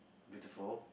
beautiful